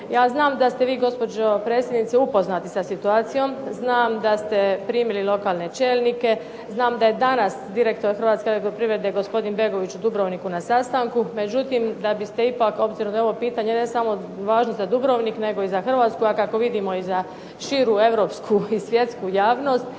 Ja znam da ste vi gospođo predsjednice upoznati sa situacijom, znam da ste primili lokalne čelnike, znam da je danas direktor Hrvatske elektroprivrede gospodin Begović u Dubrovniku na sastanku. Međutim, da biste ipak, obzirom da je ovo pitanje ne samo važno za Dubrovnik, nego i za Hrvatsku, a kako vidimo i za širu europsku i svjetsku javnost,